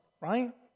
right